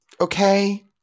okay